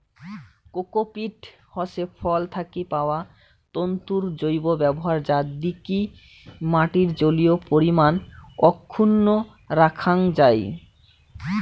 cocopeat হসে ফল থাকি পাওয়া তন্তুর জৈব ব্যবহার যা দিকি মাটির জলীয় পরিমান অক্ষুন্ন রাখাং যাই